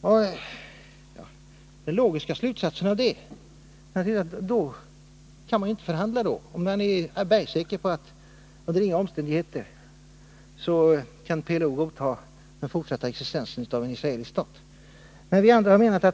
Onsdagen den Den logiska slutsatsen av detta är att man då inte kan förhandla — om man 26 november 1980 är bergsäker på att PLO under inga omständigheter kan godta den fortsatta existensen av en israelisk stat. Men vi andra